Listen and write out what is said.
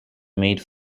made